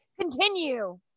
Continue